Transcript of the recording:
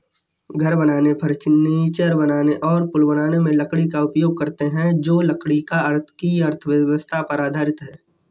घर बनाने, फर्नीचर बनाने और पुल बनाने में लकड़ी का उपयोग करते हैं जो लकड़ी की अर्थव्यवस्था पर आधारित है